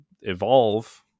Evolve